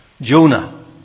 Jonah